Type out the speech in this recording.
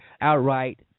outright